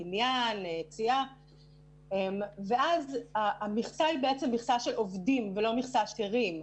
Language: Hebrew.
בניין --- ואז המכסה היא מכסה של עובדים ולא מכסה של היתרים.